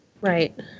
Right